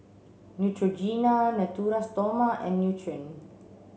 Neutrogena Natura Stoma and Nutren